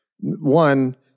One